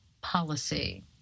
Policy